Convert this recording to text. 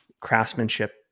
craftsmanship